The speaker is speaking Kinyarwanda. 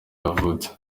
yavutse